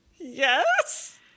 Yes